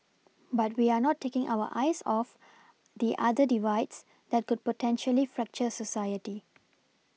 but we are not taking our eyes off the other divides that could potentially fracture society